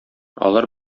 алар